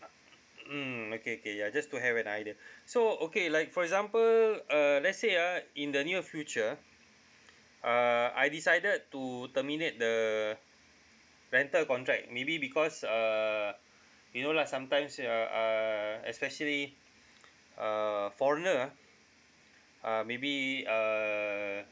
uh mm okay okay ya just to have an idea so okay like for example uh let's say ah in the near future uh I decided to terminate the rental contract maybe because uh you know lah sometimes uh uh especially uh foreigner ah uh maybe uh